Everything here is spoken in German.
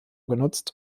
genutzt